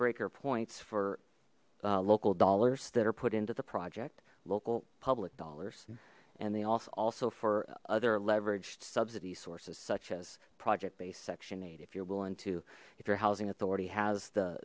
breaker points for local dollars that are put into the project local public dollars and they also also for other leveraged subsidy sources such as project based section eight if you're willing to if your housing authority has the